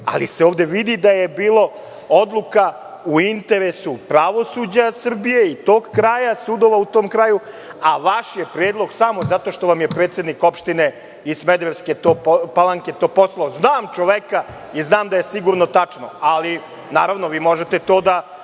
Ovde se vidi da je bila odluka u interesu pravosuđa Srbije i sudova u tom kraju, a vaš je predlog samo zato što vam je predsednik opštine i Smederevske Palanke to poslao. Znam čoveka i znam da je to sigurno tačno. Naravno vi možete da